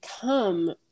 come